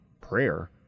prayer